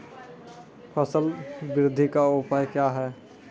फसल बृद्धि का उपाय क्या हैं?